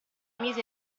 mise